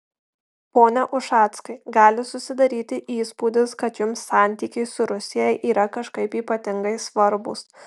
pone ušackai gali susidaryti įspūdis kad jums santykiai su rusija yra kažkaip ypatingai svarbūs